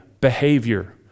behavior